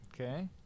Okay